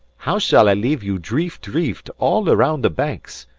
how shall i leave you dreeft, dreeft all around the banks?